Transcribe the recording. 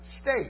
state